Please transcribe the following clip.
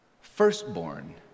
firstborn